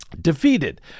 defeated